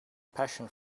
passion